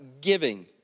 Giving